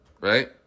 Right